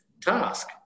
task